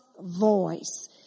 voice